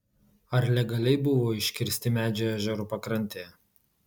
ar legaliai buvo iškirsti medžiai ežero pakrantėje